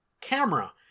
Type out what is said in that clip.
camera